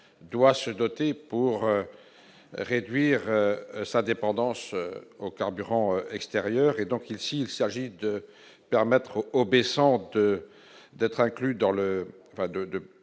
doit se doter pour réduire sa dépendance aux carburants extérieur et donc il s'il s'agit de permettre obéissante d'être inclus dans le